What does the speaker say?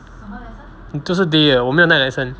这是 day 我没有 night lesson